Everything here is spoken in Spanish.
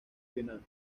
final